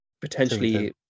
potentially